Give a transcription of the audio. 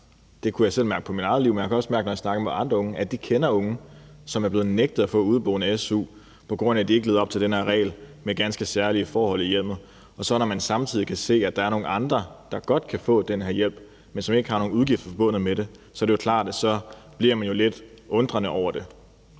bemærket – det gælder i mit eget liv, men jeg har også bemærket det, når jeg har snakket med andre unge – at de kender unge, som er blevet nægtet at få udeboende-su, på grund af at de ikke levede op til den her regel om ganske særlige forhold i hjemmet. Og når man samtidig kan se, at der er nogle andre, der godt kan få den her hjælp, men som ikke har nogen udgifter forbundet med det, er det jo klart, at så bliver man lidt undrende over for